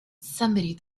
somebody